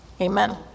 amen